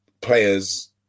players